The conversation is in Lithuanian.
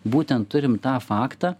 būtent turim tą faktą